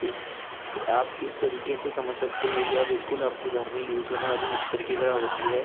इस आप इस तरीक़े से समझ सकते है यह बिल्कुल आपके घर में यूज़ हाेने वाली मिक्सर की तरह होती है